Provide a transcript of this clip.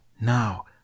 now